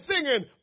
singing